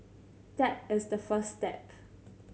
that is the first step